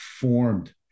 formed